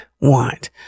want